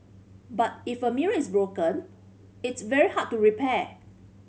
but if a mirror is broken it's very hard to repair